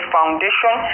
Foundation